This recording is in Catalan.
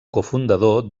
cofundador